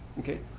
Okay